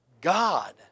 God